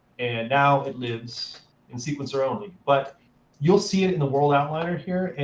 and now it lives in sequencer only. but you'll see it in the world outliner here, and